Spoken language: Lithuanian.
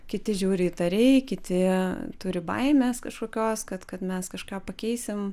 kiti žiūri įtariai kiti turi baimės kažkokios kad kad mes kažką pakeisim